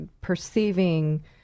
perceiving